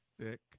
thick